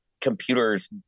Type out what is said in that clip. computers